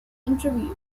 interviews